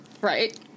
Right